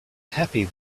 happy